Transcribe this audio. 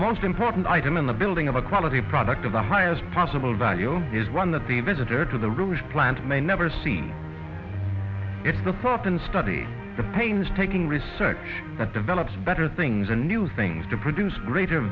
most important item in the building of a quality product of the highest possible value is one that the visitor to the rulers plant may never see it's the puffin study the painstaking research that develops better things and new things to produce greater